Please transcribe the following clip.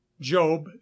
job